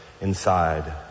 inside